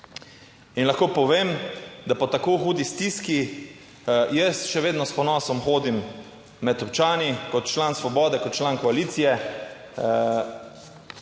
In lahko povem, da po tako hudi stiski jaz še vedno s ponosom hodim med občani kot član Svobode, kot član koalicije,